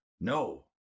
No